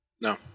No